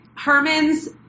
Herman's